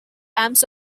arms